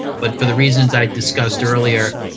but for the reasons i discussed earlier,